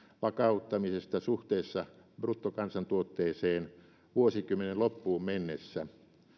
vakauttamisesta suhteessa bruttokansantuotteeseen vuosikymmenen loppuun mennessä